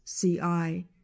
ci